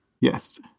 Yes